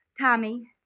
Tommy